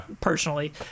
personally